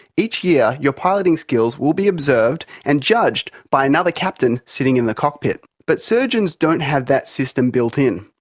each year your piloting skills will be observed and judged by another captain sitting in the cockpit. but surgeons don't have that system built in.